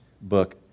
book